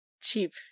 cheap